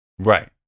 Right